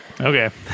okay